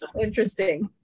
interesting